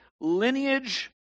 lineage